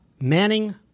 manning